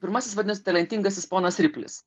pirmasis vadinas talentingasis ponas riplis